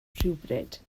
rhywbryd